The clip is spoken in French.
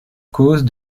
cause